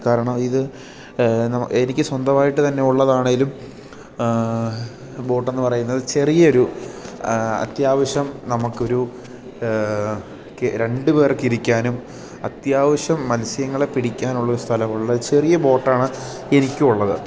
കാരണം ഇത് എനിക്ക് സ്വന്തമായിട്ട് തന്നെ ഉള്ളതാണെങ്കിലും ബോട്ടെന്നു പറയുന്നത് ചെറിയൊരു അത്യാവശ്യം നമുക്കൊരു രണ്ട് പേർക്കിരിക്കാനും അത്യാവശ്യം മൽസ്യങ്ങളെ പിടിക്കാനുള്ളൊരു സ്ഥലമുള്ളത് ചെറിയ ബോട്ടാണ് എനിക്കും ഉള്ളത്